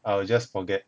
I will just forget